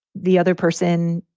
the other person,